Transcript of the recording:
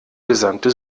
gesamte